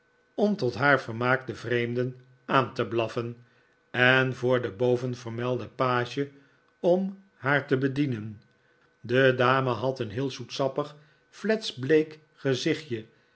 om tot haar vermaak de vreemden aan te blaffen en voor den bovenvermelden page om haar te bedienen de dame had een heel zoetsappig fletsch bleek gezichtje